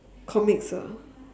comics ah